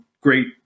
great